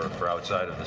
outside